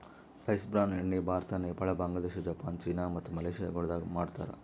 rice bran ಎಣ್ಣಿ Bharat, Nepal, Bangladesh, Japan, China ಮತ್ತ Malaysia ದೇಶಗೊಳ್ದಾಗ್ ಮಾಡ್ತಾರ್